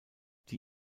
die